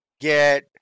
Get